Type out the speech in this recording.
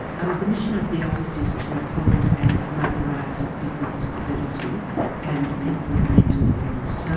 um the mission of the office is to uphold and promote the rights of people with disability and people with a mental illness. so